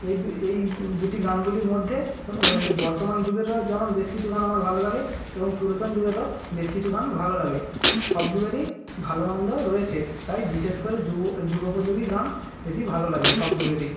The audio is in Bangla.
এই দুটি গানগুলির মধ্যে বর্তমান যুগেরও যেমন বেশ কিছু গান আমার ভালো লাগে এবং পুরাতন যুগেরও বেশ কিছু গান ভালো লাগে সব যুগেরই ভালো মন্দ রয়েছে তাই বিশেষ করে যুগোপযোগী গান বেশি ভালো লাগে সব যুগেরই